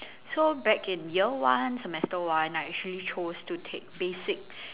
so back in year one semester one I actually chose to take basic